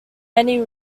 many